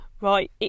right